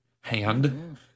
hand